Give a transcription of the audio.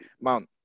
Mount